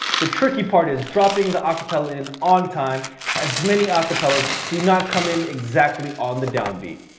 the tricky part is dropping the acapella in on time as many acapellas do not come in exactly on the downbeat.